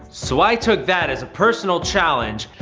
so i took that as a personal challenge,